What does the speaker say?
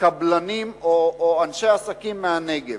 קבלנים או אנשי עסקים מהנגב.